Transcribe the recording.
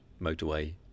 motorway